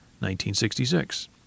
1966